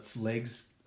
legs